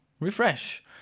refresh